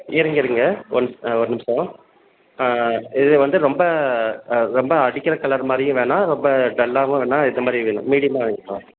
இருங்க இருங்க ஒன் ஒரு நிமிஷம் இது வந்து ரொம்ப ரொம்ப அடிக்கிற கலர் மாதிரியும் வேணாம் ரொம்ப டல்லாகவும் வேணாம் எது மாதிரி வேணும் மீடியமாக வேணுமா